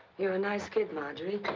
you're a nice kid, marjorie.